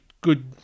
good